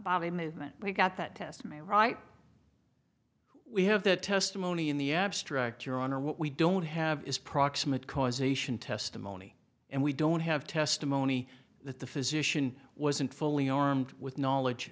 a movement we got that test my right we have the testimony in the abstract your honor what we don't have is proximate cause ation testimony and we don't have testimony that the physician wasn't fully armed with knowledge